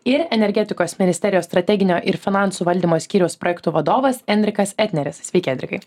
ir energetikos ministerijos strateginio ir finansų valdymo skyriaus projektų vadovas enrikas etneris sveiki enrikai